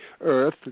earth